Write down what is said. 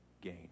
gain